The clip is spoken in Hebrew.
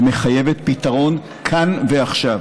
ומחייבת פתרון כאן עכשיו.